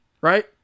Right